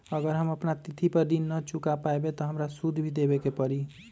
अगर हम अपना तिथि पर ऋण न चुका पायेबे त हमरा सूद भी देबे के परि?